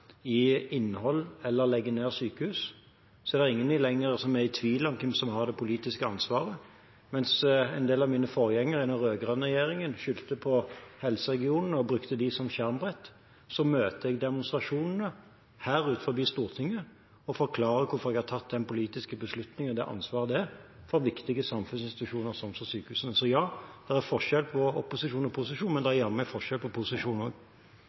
i innhold eller legger ned sykehus, er det ingen lenger som er i tvil om hvem som har det politiske ansvaret. Mens en del av mine forgjengere i den rød-grønne regjeringen skyldte på helseregionene og brukte dem som skjermbrett, møter jeg demonstrasjonene her utenfor Stortinget og forklarer hvorfor jeg har tatt den politiske beslutningen og det ansvaret det er for viktige samfunnsinstitusjoner som sykehusene. Så ja, det er forskjell på opposisjon og posisjon, men det er jammen meg forskjell på posisjon